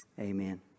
amen